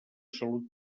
salut